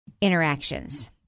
interactions